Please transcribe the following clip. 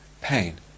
pain